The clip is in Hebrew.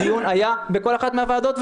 הדיון היה בכל אחת מהוועדות,